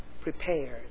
prepared